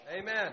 Amen